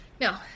No